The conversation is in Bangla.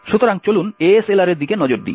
সুতরাং চলুন ASLR এর দিকে নজর দিন